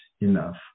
enough